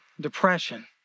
depression